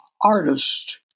artist